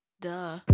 Duh